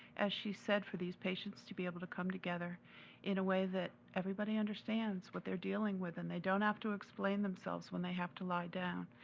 as she said, for these patients to be able to come together in a way that everybody understands what they're dealing with, and they don't have to explain themselves when they have to lie down,